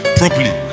properly